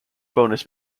bonus